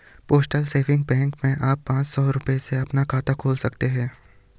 postal saving bank में आप पांच सौ रूपये में अपना खाता खोल सकते हैं